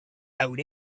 wrote